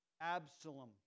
Absalom